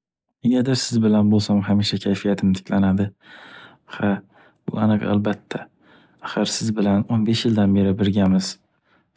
Negadir siz bilan bo’lsam hamisha kayfiyatim tiklanadi. Ha, bu aniq albatta. Axir siz bilan o’n besh yildan beri birgamiz.